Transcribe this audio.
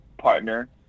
partner